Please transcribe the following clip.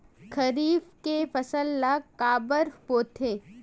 खरीफ के फसल ला काबर बोथे?